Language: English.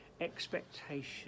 expectation